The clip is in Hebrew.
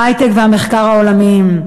ההיי-טק והמחקר העולמיים,